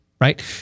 right